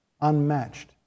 unmatched